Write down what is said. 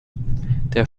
der